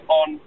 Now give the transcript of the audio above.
on